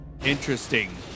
Interesting